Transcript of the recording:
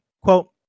Quote